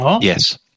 Yes